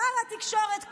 שר התקשורת קרעי.